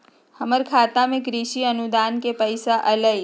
हमर खाता में कृषि अनुदान के पैसा अलई?